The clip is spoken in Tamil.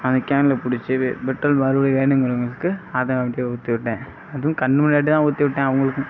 அதை கேனில் பிடிச்சி பெட்ரோல் மறுபடியும் வேணுங்கிறவங்களுக்கு அதை அப்படியே ஊற்றி விட்டேன் அதுவும் கண் முன்னாடி தான் ஊற்றி விட்டேன் அவங்களுக்கும்